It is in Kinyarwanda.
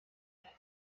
nda